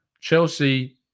Chelsea